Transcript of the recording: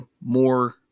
more